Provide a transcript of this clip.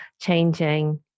changing